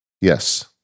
Yes